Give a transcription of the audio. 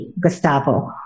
Gustavo